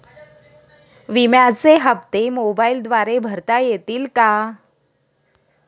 विम्याचे हप्ते मोबाइलद्वारे भरता येतील का?